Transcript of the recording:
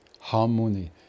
harmony